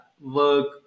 work